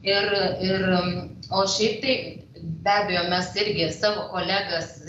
ir ir o šiaip tai be abejo mes irgi savo kolegas